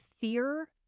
fear